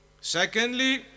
Secondly